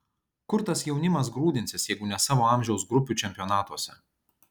kur tas jaunimas grūdinsis jeigu ne savo amžiaus grupių čempionatuose